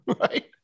Right